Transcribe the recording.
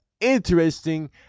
interesting